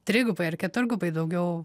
trigubai ar keturgubai daugiau